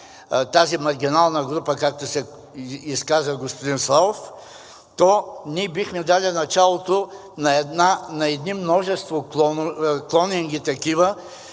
тази маргинална група, както се изказа господин Славов, то ние бихме дали началото на едни множество такива